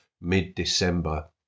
mid-December